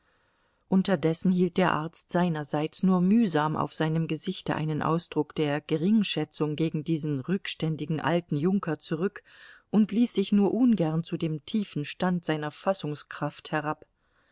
unterdessen hielt der arzt seinerseits nur mühsam auf seinem gesichte einen ausdruck der geringschätzung gegen diesen rückständigen alten junker zurück und ließ sich nur ungern zu dem tiefen stand seiner fassungskraft herab